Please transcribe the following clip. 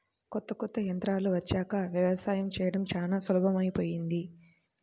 కొత్త కొత్త యంత్రాలు వచ్చాక యవసాయం చేయడం చానా సులభమైపొయ్యింది